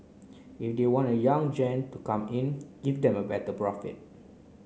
if they want young gen to come in give them a better profit